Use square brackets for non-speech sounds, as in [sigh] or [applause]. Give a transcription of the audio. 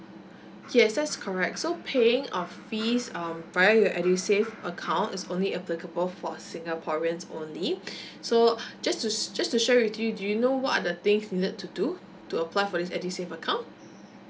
[breath] yes that's correct so paying of fees um via your edusave account is only applicable for singaporeans only [breath] so [breath] just to just to share with you do you know what are the things needed to do to apply for this edusave account